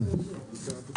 ננעלה בשעה 13:25.